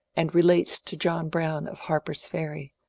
and relates to john brown of harper's ferry,